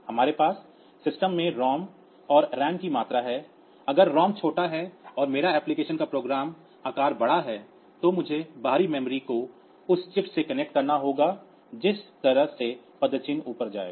हमारे पास सिस्टम में रोम और रैम की मात्रा है अगर रोम छोटा है और मेरे एप्लिकेशन का प्रोग्राम आकार बड़ा है तो मुझे बाहरी मेमोरी को उस चिप से कनेक्ट करना होगा जिस तरह से पदचिह्न ऊपर जाएगा